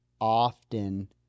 often